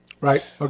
Right